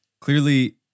Clearly